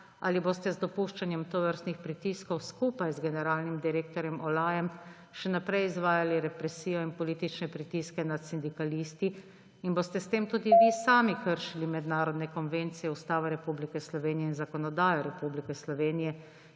Ali boste z dopuščanjem tovrstnih pritiskov skupaj z generalnim direktorjem Olajem še naprej izvajali represijo in politične pritiske nad sindikalisti in boste s tem tudi vi sami kršili mednarodne konvencije, Ustavo Republike Slovenije in zakonodajo Republike Slovenije